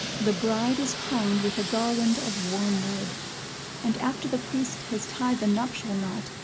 the bride is crowned with a garland of wormwood and, after the priest has tied the nuptial knot,